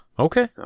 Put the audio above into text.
Okay